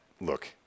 Look